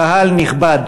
קהל נכבד,